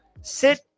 sit